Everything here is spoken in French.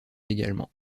également